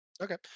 Okay